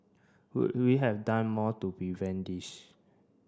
could we have done more to prevent this